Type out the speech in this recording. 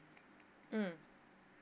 mm